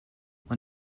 when